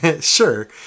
Sure